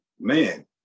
man